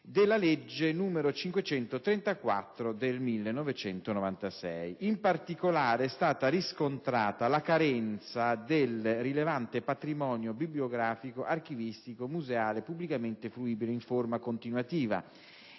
della legge n. 534 del 1996. In particolare, è stata riscontrata la carenza del "rilevante patrimonio bibliografico, archivistico, museale [...] pubblicamente fruibile in forma continuativa"